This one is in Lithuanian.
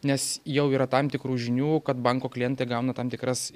nes jau yra tam tikrų žinių kad banko klientai gauna tam tikras